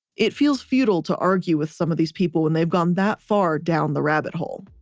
it feels feudal to argue with some of these people when they've gone that far down the rabbit hole.